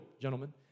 gentlemen